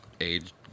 age